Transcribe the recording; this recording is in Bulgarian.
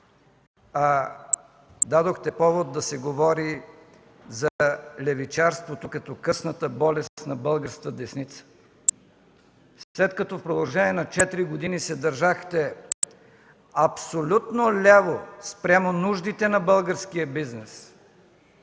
а дадохте повод да се говори за левичарството като късната болест на българската десница. След като в продължение на четири години се държахте абсолютно ляво спрямо нуждите на българския бизнес,